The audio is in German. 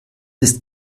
ist